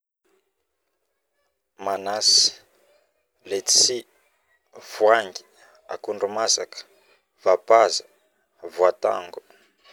Manasy, letchi, voangy, akondromasaka, vapaza, voatango